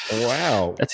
wow